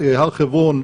הר חברון,